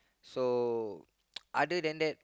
so other than that